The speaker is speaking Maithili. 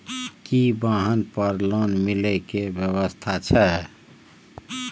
की वाहन पर लोन मिले के व्यवस्था छै?